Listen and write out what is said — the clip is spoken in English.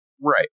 Right